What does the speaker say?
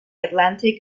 atlantic